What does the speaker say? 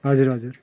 हजुर हजुर